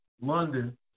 London